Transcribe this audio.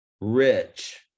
rich